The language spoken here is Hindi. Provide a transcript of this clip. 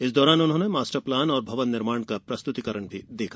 इस दौरान उन्होंने मास्टर प्लान भवन निर्माण पर प्रस्तुतिकरण भी देखा